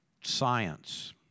science